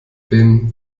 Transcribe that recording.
bin